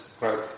Right